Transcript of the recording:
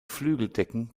flügeldecken